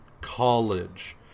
college